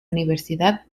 universidad